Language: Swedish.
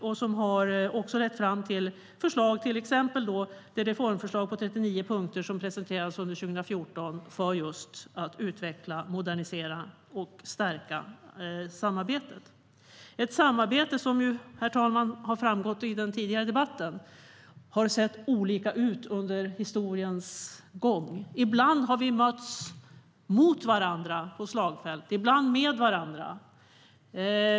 Det har också lett till förslag, till exempel det reformförslag på 39 punkter som presenterades under 2014 just för att utveckla, modernisera och stärka samarbetet. Det är ett samarbete som har sett olika ut under historiens gång, vilket har framgått av den tidigare debatten. Ibland har vi mötts på slagfält. Ibland har vi varit där med varandra.